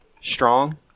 Strong